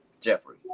Jeffrey